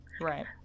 Right